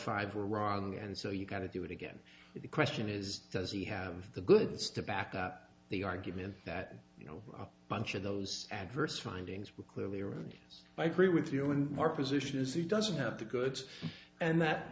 five were wrong and so you got to do it again the question is does he have the goods to back up the argument that you know a bunch of those adverse findings were clearly erroneous i agree with you and our position is he doesn't have the goods and that